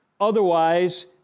Otherwise